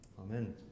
Amen